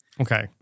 Okay